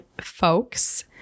folks